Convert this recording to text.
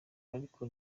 ariko